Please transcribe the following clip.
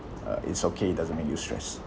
uh it's okay it doesn't make you stress